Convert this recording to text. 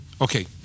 Okay